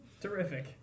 Terrific